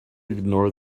ignore